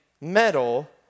metal